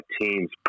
teams